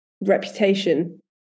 reputation